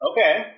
Okay